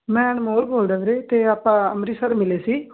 ਮੈਂ ਅਨਮੋਲ ਬੋਲਦਾ ਵੀਰੇ ਅਤੇ ਆਪਾਂ ਅੰਮ੍ਰਿਤਸਰ ਮਿਲੇ ਸੀ